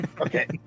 okay